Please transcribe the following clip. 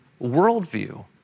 worldview